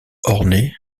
ornés